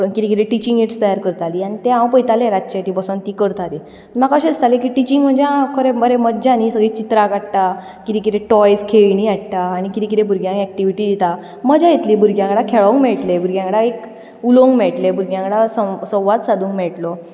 कितें कितें teaching aids तयार करताली आनी तें हांव पयतालें रातचें ती बसून ती करता ती म्हाका अशें दिसतालें की टिचींग म्हणजे आं बरें मज्जा न्ही चित्रां काडटा कितें कितें टॉयझ खेळणी हाडटा आनी कितें कितें भुरग्यांक एक्टिविटी दिता मजा येतली भुरग्यां वांगडा खेळोंक मेळटलें भुरग्यां वांगडा एक उलोवंक मेळटलें भुरग्यां वांगडा संवाद सादूंक मेळटलो